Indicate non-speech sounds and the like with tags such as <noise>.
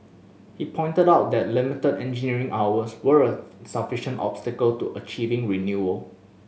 he pointed out that limited engineering hours were a <unintelligible> obstacle to achieving renewal